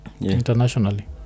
internationally